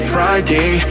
Friday